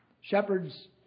Shepherds